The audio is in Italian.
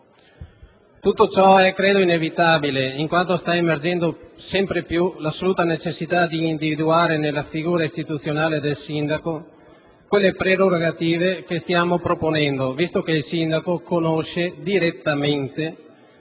tutto ciò sia inevitabile in quanto sta emergendo sempre più l'assoluta necessità di individuare nella figura istituzionale del sindaco quelle prerogative che stiamo proponendo, considerato che il sindaco conosce direttamente,